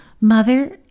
Mother